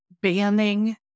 banning